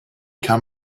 kann